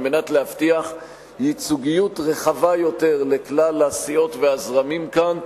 על מנת להבטיח ייצוגיות רחבה יותר לכלל הסיעות והזרמים כאן,